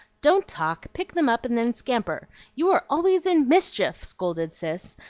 don't talk pick them up and then scamper you are always in mischief! scolded cis,